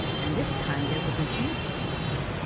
and this time there was an answering cry,